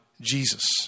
Jesus